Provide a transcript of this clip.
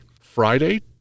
Friday